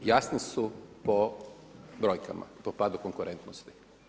Jasni su po brojkama, po padu konkurentnosti.